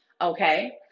okay